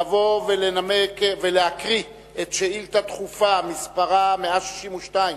לבוא ולהקריא את השאילתא הדחופה שמספרה 162,